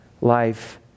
life